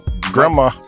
Grandma